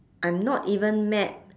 I'm not even mad